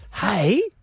Hey